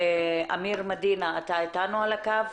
אמיר מדינה, מנהל אגף